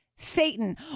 Satan